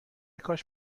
کاش